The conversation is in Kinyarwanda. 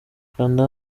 kanda